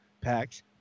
packs